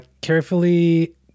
carefully